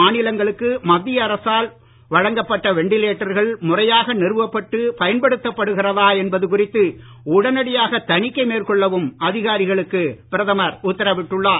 மாநிலங்களுக்கு மத்திய அரசால் வழங்கப்பட்ட வெண்டிலேட்டர்கள் முறையாக நிறுவப்பட்டு பயன்படுத்தப்படுகிறதா என்பது குறித்து உடனடியாக தணிக்கை மேற்கொள்ளவும் அதிகாரிகளுக்கு பிரதமர் உத்தரவிட்டுள்ளார்